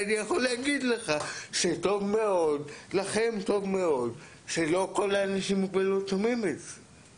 אני יכול להגיד לך שטוב מאוד שלא כל האנשים עם מוגבלות שומעים את זה.